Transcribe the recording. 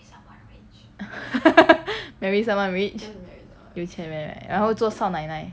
marry someone rich 有钱人 right 然后做少奶奶